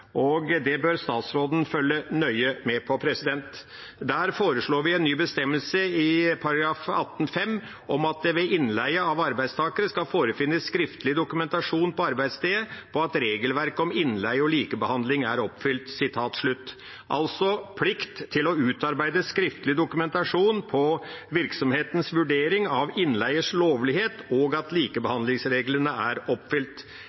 og det bør statsråden følge nøye med på. Der foreslår vi en ny bestemmelse i § 18-5 om at «det ved innleie av arbeidstakere skal forefinnes skriftlig dokumentasjon på arbeidsstedet på at regelverket om innleie og likebehandling er oppfylt» – altså plikt til å utarbeide skriftlig dokumentasjon på virksomhetens vurdering av innleiens lovlighet og at likebehandlingsreglene er oppfylt.